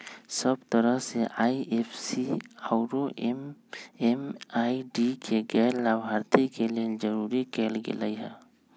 सब तरह से आई.एफ.एस.सी आउरो एम.एम.आई.डी के गैर लाभार्थी के लेल जरूरी कएल गेलई ह